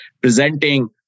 presenting